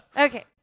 Okay